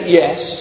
yes